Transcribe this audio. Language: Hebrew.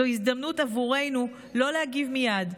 זו הזדמנות עבורנו לא להגיב מייד,